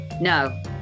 No